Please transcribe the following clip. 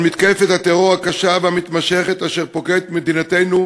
על מתקפת הטרור הקשה והמתמשכת אשר פוקדת את מדינתנו